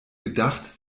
gedacht